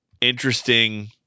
interesting